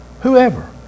Whoever